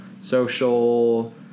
social